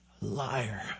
Liar